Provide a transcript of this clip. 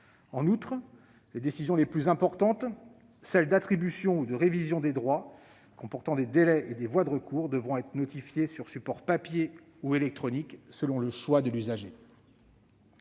En outre, les décisions les plus importantes, celles d'attribution ou de révision des droits comportant des délais et des voies de recours, devront être notifiées sur support papier ou électronique selon le choix de l'usager.